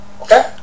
Okay